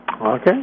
Okay